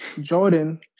Jordan